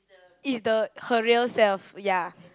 is the her real self ya